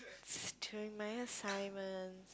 let's turn my assignment